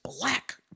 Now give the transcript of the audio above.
black